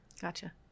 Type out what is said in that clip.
gotcha